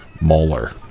molar